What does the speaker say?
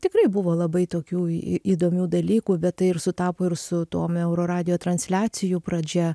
tikrai buvo labai tokių įdomių dalykų bet tai ir sutapo ir su tom euro radijo transliacijų pradžia